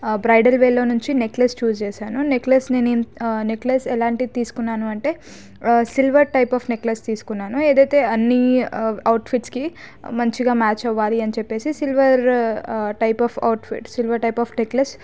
bridal wear నుంచి necklace choose చేశాను necklace నేను నెక్లెస్ ఎలాంటి తీసుకున్నాను అంటే సిల్వర్ టైప్ ఆఫ్ నెక్లెస్ తీసుకున్నాను ఏదైతే అన్ని అవుట్ ఫిట్స్కి మంచిగా మ్యాచ్ అవ్వాలి అని చెప్పేసి silver type of outfits silver type of necklace